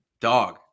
Dog